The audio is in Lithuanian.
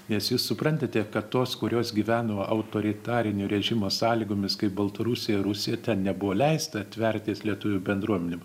nes jūs suprantate kad tos kurios gyveno autoritarinio režimo sąlygomis kaip baltarusija rusija nebuvo leista tvertis lietuvių bendruomenėm